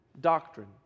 doctrine